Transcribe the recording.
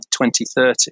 2030